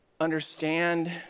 understand